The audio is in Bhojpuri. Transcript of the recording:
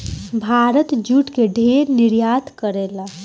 भारत जूट के ढेर निर्यात करेला